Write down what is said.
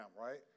right